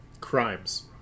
Crimes